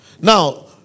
Now